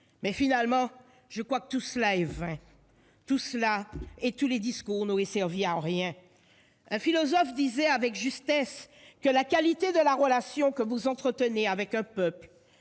haut. Finalement, tout cela est vain. Tout cela et tous les discours n'auraient servi à rien. Un philosophe disait avec justesse que la qualité de la relation que vous entretenez avec un peuple